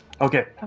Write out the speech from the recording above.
Okay